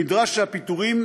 נדרש שהפיטורים